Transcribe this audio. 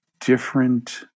different